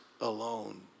alone